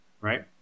right